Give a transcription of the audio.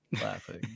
laughing